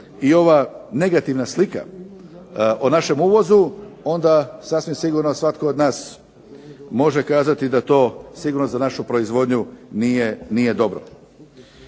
ova negativna slika o našem uvozu, onda sasvim sigurno svatko od nas može kazati za našu proizvodnju nije dobro.